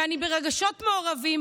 ואני ברגשות מעורבים,